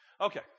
Okay